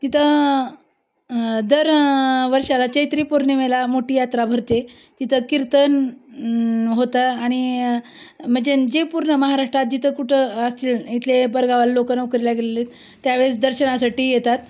तिथं दर वर्षाला चैत्री पौर्णिमेला मोठी यात्रा भरते आहे तिथं कीर्तन होतं आणि म्हणजे न् जे पूर्ण महाराष्ट्रात जिथं कुठं असतील इथले परगावाला लोक नोकरीला गेलेले आहेत त्यावेळेस दर्शनासाठी येतात